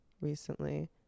Recently